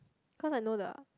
cause I know the